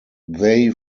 they